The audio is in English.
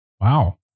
wow